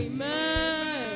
Amen